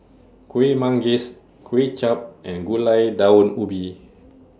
Kuih Manggis Kway Chap and Gulai Daun Ubi